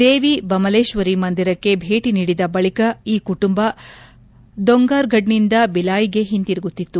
ದೇವಿ ಬಮಲೇಶ್ವರಿ ಮಂದಿರಕ್ಕೆ ಭೇಟಿ ನೀಡಿದ ಬಳಿಕ ಈ ಕುಟುಂಬ ದೊಂಗಾರ್ಫಡ್ನಿಂದ ಬಿಲಾಯಿಗೆ ಒಂದಿರುಗುತ್ತಿತ್ತು